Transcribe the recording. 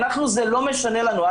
אנחנו זה לא משנה לנו,